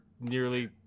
nearly